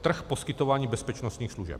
Trh poskytování bezpečnostních služeb.